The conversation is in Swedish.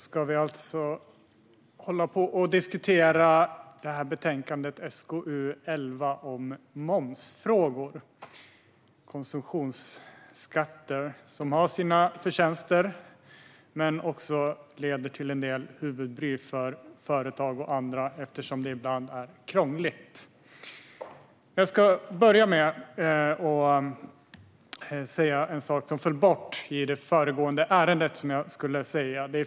Fru talman! Vi diskuterar alltså betänkande SkU11 om moms - konsumtionsskatten som har sina förtjänster men också leder till en del huvudbry för företag och andra eftersom det kan vara krångligt. Låt mig börja med att säga något som föll bort i det föregående ärendet.